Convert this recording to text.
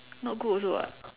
not good also [what]